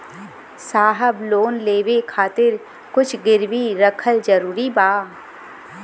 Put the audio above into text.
साहब लोन लेवे खातिर कुछ गिरवी रखल जरूरी बा?